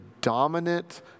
dominant